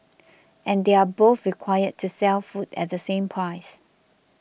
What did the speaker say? and they're both required to sell food at the same price